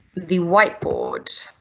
the whiteboard.